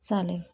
चालेल